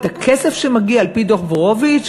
את הכסף שמגיע על-פי דוח בורוביץ,